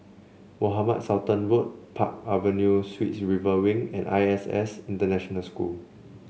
Mohamed Sultan Road Park Avenue Suites River Wing and I S S International School